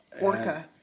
Orca